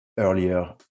earlier